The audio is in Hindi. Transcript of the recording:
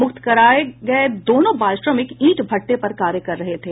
मुक्त कराये गये दोनों बाल श्रमिक ईंट भट़ठे पर कार्य कर रहे थे